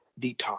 detox